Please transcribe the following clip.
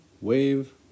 wave